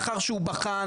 לאחר שהוא בחן,